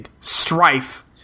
strife